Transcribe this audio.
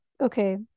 Okay